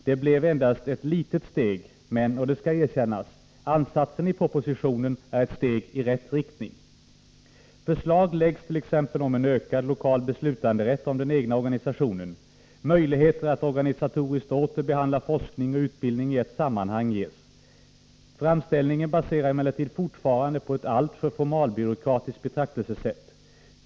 Det blev bara ett litet steg, men — och det skall erkännas — ansatsen i propositionen är ett steg i rätt riktning. Förslag läggs t.ex. om en ökad lokal beslutanderätt om den egna organisationen. Möjligheter att organisatoriskt åter behandla forskning och utbildning i ett sammanhang ges. Framställningen baseras emellertid fortfarande på ett alltför formalbyråkratiskt betraktelsesätt.